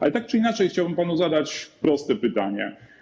Ale tak czy inaczej chciałbym panu zadać proste pytanie.